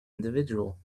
individual